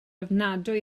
ofnadwy